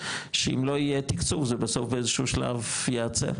שאם לא יהיה תקצוב זה בסוף באיזשהו שלב ייעצר,